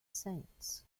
saints